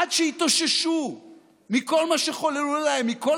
עד שהתאוששו מכל מה שחוללו להם מכל